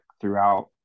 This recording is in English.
throughout